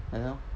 like that lor